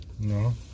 No